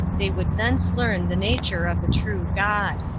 they would thence learn the nature of the true god.